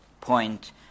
point